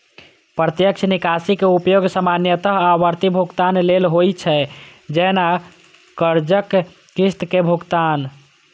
प्रत्यक्ष निकासी के उपयोग सामान्यतः आवर्ती भुगतान लेल होइ छै, जैना कर्जक किस्त के भुगतान